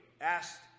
asked